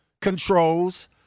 controls